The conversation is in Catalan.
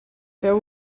feu